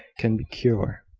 can cure.